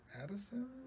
Addison